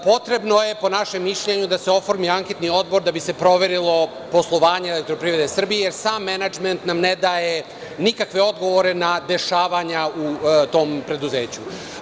Potrebno je, po našem mišljenju, da se oformi anketni odbor da bi se proverilo poslovanje „Elektroprivrede Srbije“, jer sam menadžment nam ne daje nikakve odgovore na dešavanja u tom preduzeću.